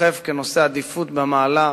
דוחף את זה כנושא בעדיפות במעלה,